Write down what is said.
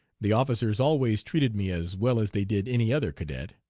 the officers always treated me as well as they did any other cadet.